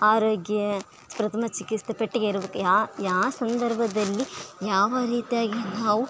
ಆರೈಕೆ ಪ್ರಥಮ ಚಿಕಿತ್ಸೆ ಪೆಟ್ಟಿಗೆ ಇರಬೇಕು ಯಾವ ಸಂದರ್ಭದಲ್ಲಿ ಯಾವ ರೀತಿಯಾಗಿ ನಾವು